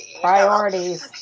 Priorities